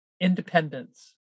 independence